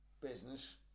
business